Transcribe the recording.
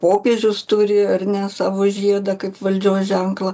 popiežius turi ar ne savo žiedą kaip valdžios ženklą